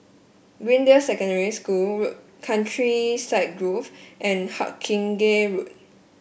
Greendale Secondary School Road Countryside Grove and Hawkinge Road